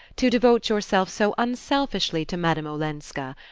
to devote yourself so unselfishly to madame olenska.